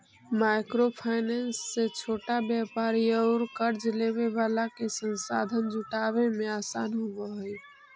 micro finance से छोटा व्यापारि औउर कर्ज लेवे वाला के संसाधन जुटावे में आसान होवऽ हई